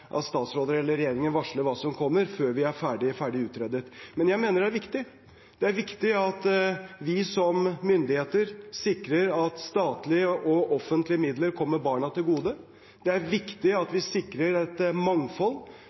statsråder, eller regjeringen, varsler hva som kommer før vi er ferdig med å utrede. Men jeg mener det er viktig at vi som myndigheter sikrer at statlige og offentlige midler kommer barna til gode. Det er viktig at vi sikrer et mangfold,